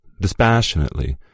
dispassionately